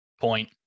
point